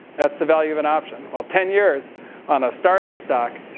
that's the value of an option. well, ten years on a start up stock,